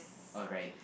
alright